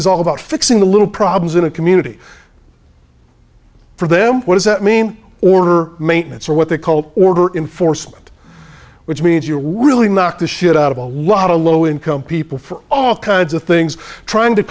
is all about fixing the little problems in a community for them what does that mean order maintenance or what they call order in force which means you would really knock the shit out of a lot of low income people for all kinds of things trying to